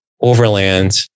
overland